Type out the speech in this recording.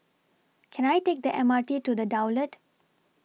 Can I Take The M R T to The Daulat